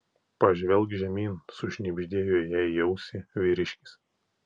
pažvelk žemyn sušnibždėjo jai į ausį vyriškis